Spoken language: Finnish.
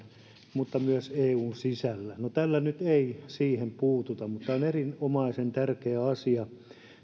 mutta myös eun sisällä no tällä nyt ei siihen puututa mutta tämä on erinomaisen tärkeä asia